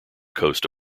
coast